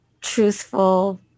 truthful